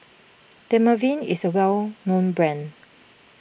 Dermaveen is a well known brand